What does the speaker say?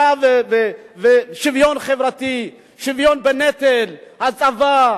שוויון חברתי, שוויון בנטל, הצבא,